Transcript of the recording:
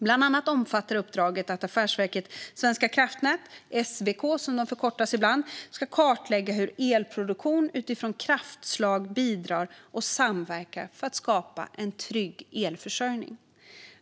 Bland annat omfattar uppdraget att Affärsverket svenska kraftnät, SVK som det förkortas ibland, ska kartlägga hur elproduktion utifrån kraftslag bidrar och samverkar för att skapa en trygg elförsörjning.